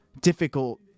difficult